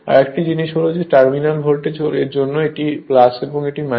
আরেকটি জিনিস হল টার্মিনাল ভোল্টেজ এর জন্য এটি এবং এটি হল